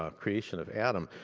ah creation of adam,